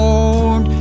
Lord